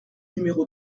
numéro